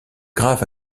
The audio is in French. grave